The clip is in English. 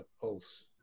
pulse